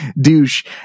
douche